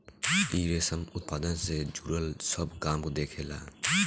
इ रेशम उत्पादन से जुड़ल सब काम देखेला